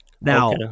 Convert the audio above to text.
Now